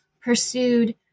pursued